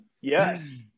yes